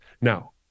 Now